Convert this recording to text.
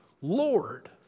Lord